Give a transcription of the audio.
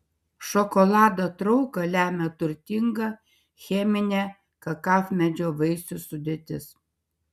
šokolado trauką lemia turtinga cheminė kakavmedžio vaisių sudėtis